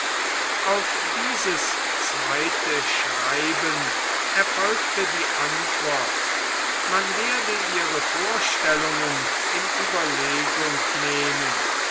auf dieses zweite schreiben erfolgte die antwort man werde ihre vorstellungen in ueberlegung nehmen